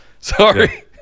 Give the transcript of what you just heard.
Sorry